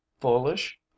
foolish